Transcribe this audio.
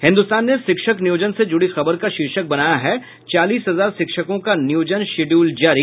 हिन्दुस्तान ने शिक्षक नियोजन से जुड़ी खबर का शीर्षक बनाया है चालीस हजार शिक्षकों का नियोजन शिड्यूल जारी